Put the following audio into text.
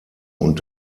und